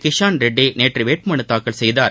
கிஷாள் ரெட்டி நேற்று வேட்பு மனுத்தாக்கல் செய்தார்